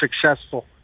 successful